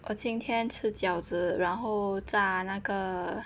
我今天吃饺子然后炸那个